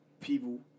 people